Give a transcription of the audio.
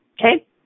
Okay